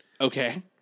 Okay